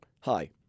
Hi